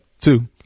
two